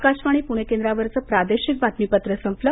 आकाशवाणी पुणे केंद्रावरचं प्रादेशिक बातमीपत्र संपलं